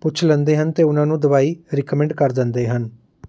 ਪੁੱਛ ਲੈਂਦੇ ਹਨ ਅਤੇ ਉਹਨਾਂ ਨੂੰ ਦਵਾਈ ਰਿਕਮੈਂਡ ਕਰ ਦਿੰਦੇ ਹਨ